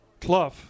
Clough